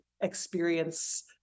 experience